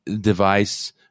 device